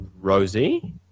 Rosie